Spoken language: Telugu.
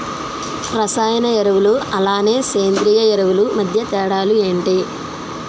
రసాయన ఎరువులు అలానే సేంద్రీయ ఎరువులు మధ్య తేడాలు ఏంటి?